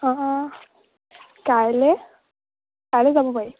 অঁ অঁ কাইলৈ কাইলৈ যাব পাৰি